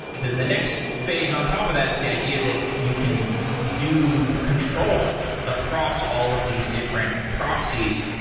then the next phase on top of that is the idea that you can do control across all of these different proxies,